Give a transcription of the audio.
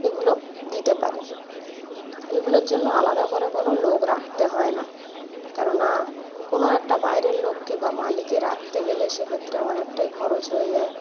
এগুলো দিতে পারে এগুলোর জন্য আলাদা করে কোনো লোক রাখতে হয় না কেননা কোনো একটা বায়রের লোককে বা মালীকে রাখতে গেলে সেক্ষেত্রে অনেকটাই খরচ হয়ে যায়